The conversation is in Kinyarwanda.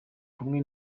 kumwe